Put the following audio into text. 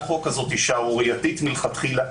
החוק הזאת היא שערורייתית מלכתחילה.